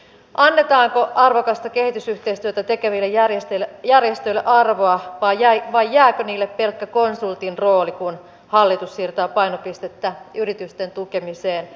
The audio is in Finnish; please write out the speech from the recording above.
annetaanko arvokasta kehitysyhteistyötä tekeville järjestöille arvoa vai jääkö niille pelkkä konsultin rooli kun hallitus siirtää painopistettä yritysten tukemiseen